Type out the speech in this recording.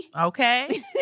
Okay